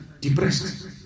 depressed